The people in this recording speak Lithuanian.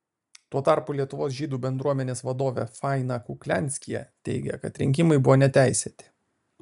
tuo tarpu lietuvos žydų bendruomenės vadovė faina kuklianskyje teigia kad rinkimai buvo neteisėti